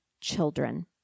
children